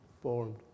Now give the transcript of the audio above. formed